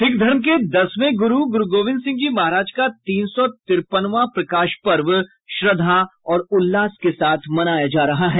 सिख धर्म के दसवें ग्रू ग्रूगोविंद सिंह जी महाराज का तीन सौ तिरेपनवां प्रकाश पर्व श्रद्धा और उल्लास के साथ मनाया जा रहा है